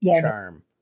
charm